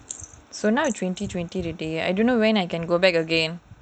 so now is twenty twenty already I don't know when I can go back again